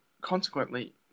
consequently